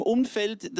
Umfeld